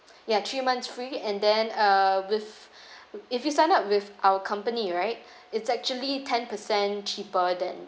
ya three months free and then uh with if you sign up with our company right it's actually ten percent cheaper than